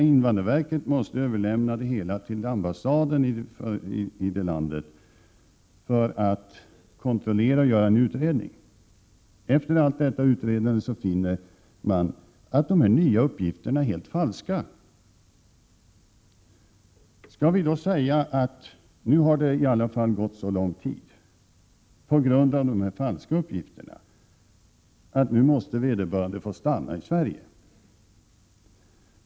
Invandrarverket måste i sin tur överlämna det hela till ambassaden i det land som den asylsökande kom från, för att kontrollera uppgifter och göra en utredning. Efter allt detta utredande finner man att de nya uppgifterna är helt falska. Skall vi då säga att det nu har gått så lång tid, på grund av att den asylsökande lämnat falska uppgifter, att den asylsökande måste få stanna i Sverige?